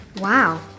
Wow